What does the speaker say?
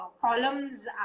columns